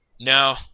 no